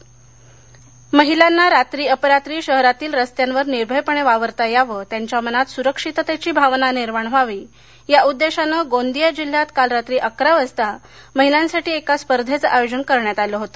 मिडनाईटएवंथॉन गोंदिया महिलांना रात्री अपरात्री शहरातील रस्त्यांवर निर्भयपणे वावरता यावे त्यांच्या मनात सुरक्षिततेची भावना निर्माण व्हावी या उद्देशाने गोंदिया जिल्ह्यात काल रात्री अकरा वाजता महिलांसाठी एका स्पर्धेचे आयोजन करण्यात आले होते